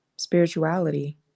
Spirituality